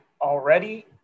already